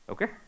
Okay